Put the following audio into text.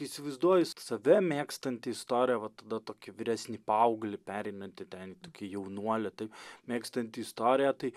įsivaizduoju save mėgstantį istoriją vat tokį vyresnį paauglį pereinantį ten į tokį jaunuolį tai mėgstantį istoriją tai